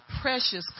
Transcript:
precious